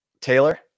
Taylor